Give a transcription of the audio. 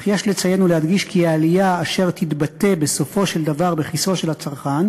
אך יש לציין ולהדגיש כי העלייה אשר תתבטא בסופו של דבר בכיסו של הצרכן